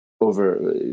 over